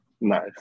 Nice